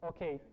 Okay